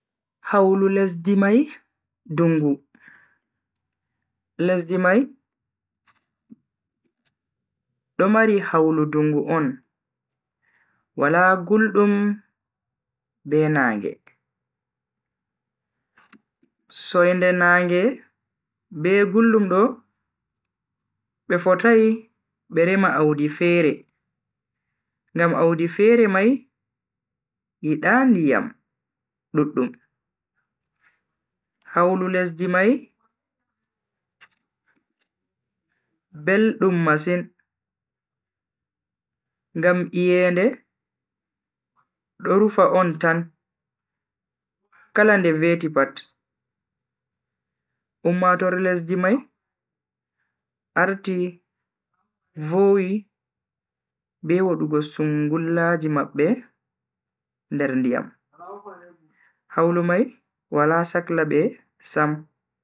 Hawlu lesdi mai dungu. Lesdi mai do mari hawlu dungu on, Wala guldum be nage. soinde nage be guldum do be fotai be rema audi fere ngam audi fere mai yida ndiyam duddum. hawlu lesdi mai beldum masin ngam iyende do rufa on tan kala nde veti pat. ummatoore lesdi mai arti vowi be wadugo sungullaji mabbe nder ndiyam. hawlu mai Wala sakla be Sam.